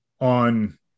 on